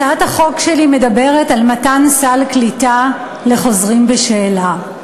הצעת החוק שלי מדברת על מתן סל קליטה לחוזרים בשאלה.